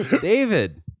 David